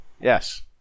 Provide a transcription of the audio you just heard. Yes